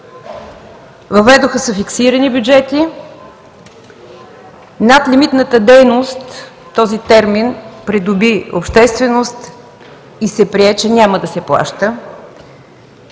Въведоха се фиксирани бюджети, „надлимитната дейност“ – този термин придоби общественост, и се прие, че няма да се плаща.